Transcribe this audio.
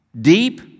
deep